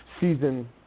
season